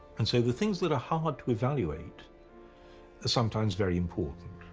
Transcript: and so the things that are hard to evaluate are sometimes very important.